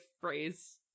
phrase